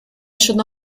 should